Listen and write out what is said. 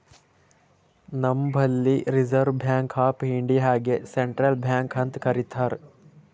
ನಂಬಲ್ಲಿ Reserve Bank of ಇಂಡಿಯಾಗೆ central bank ಅಂತ್ ಕರಿತಾರ್